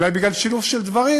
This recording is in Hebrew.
אולי בגלל שילוב של דברים,